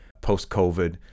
post-COVID